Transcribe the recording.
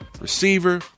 Receiver